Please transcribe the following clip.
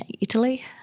Italy